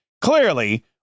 clearly